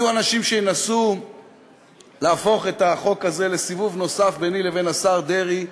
יהיו אנשים שינסו להפוך את החוק הזה לסיבוב נוסף ביני לבין השר דרעי.